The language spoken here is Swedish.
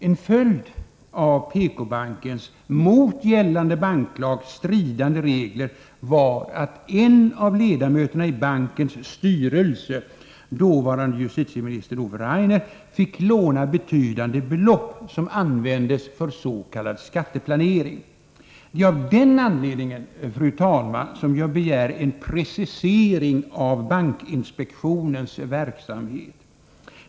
En följd av PK-bankens mot gällande banklag stridande regler var att en av ledamöterna i bankens styrelse, dåvarande justitieminister Ove Rainer, fick låna betydande belopp som användes för s.k. skatteplanering. Det är av den anledningen, fru talman, som jag begär en precisering av bankinspektionens verksamhet.